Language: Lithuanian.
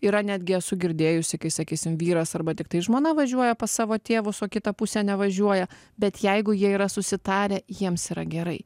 yra netgi esu girdėjusi kai sakysim vyras arba tiktai žmona važiuoja pas savo tėvus o kita pusė nevažiuoja bet jeigu jie yra susitarę jiems yra gerai